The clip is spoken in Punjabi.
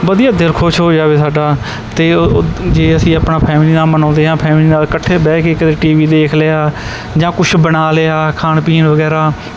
ਵਧੀਆ ਦਿਲ ਖੁਸ਼ ਹੋ ਜਾਵੇ ਸਾਡਾ ਅਤੇ ਓ ਜੇ ਅਸੀਂ ਆਪਣਾ ਫੈਮਿਲੀ ਨਾਲ ਮਨਾਉਂਦੇ ਹਾਂ ਫੈਮਿਲੀ ਨਾਲ ਇਕੱਠੇ ਬਹਿ ਕੇ ਕਦੇ ਟੀ ਵੀ ਦੇਖ ਲਿਆ ਜਾਂ ਕੁਛ ਬਣਾ ਲਿਆ ਖਾਣ ਪੀਣ ਵਗੈਰਾ